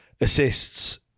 assists